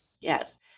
Yes